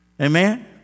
Amen